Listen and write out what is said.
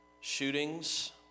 shootings